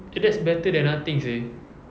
eh that's better than nothing seh